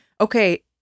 okay